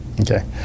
okay